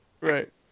Right